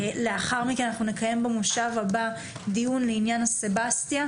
לאחר מכן אנחנו נקיים במושב הבא דיון לעניין הסבסטיה,